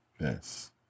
Yes